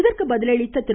இதற்கு பதிலளித்த திரு